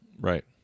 Right